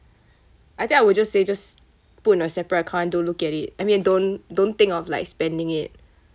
I think I would just say just put in a separate account don't look at it I mean don't don't think of like spending it